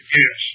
yes